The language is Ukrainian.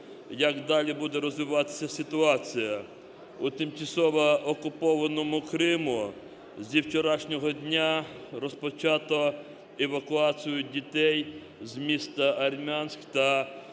як далі буде розвиватися ситуація. У тимчасово окупованому Криму зі вчорашнього дня розпочато евакуацію дітей з міста Армянск та